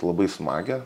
labai smagią